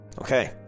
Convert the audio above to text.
Okay